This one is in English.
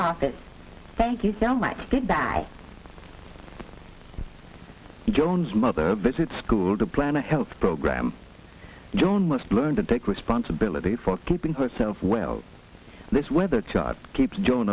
office thank you very much good bye jones mother visits school to plan a health program don't must learn to take responsibility for keeping herself well this weather chart keeps jo